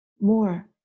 more